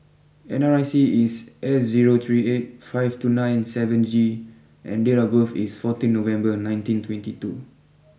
N R I C is S zero three eight five two nine seven G and date of birth is fourteen November nineteen twenty two